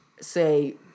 say